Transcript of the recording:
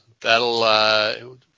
That'll